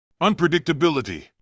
Unpredictability